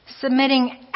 submitting